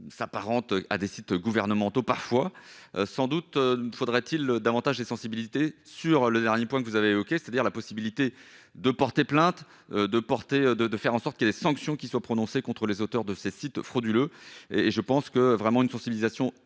s'apparentent à des sites gouvernementaux, parfois sans doute faudra-t-il davantage les sensibilités sur le dernier point que vous avez évoqué, c'est-à-dire la possibilité de porter plainte, de porter de de faire en sorte que les sanctions qui soient prononcées contre les auteurs de ces sites frauduleux et je pense que vraiment une sensibilisation directement